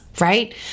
right